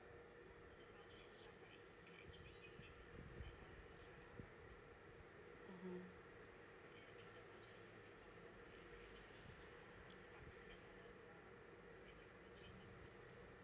mmhmm